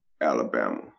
alabama